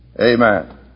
Amen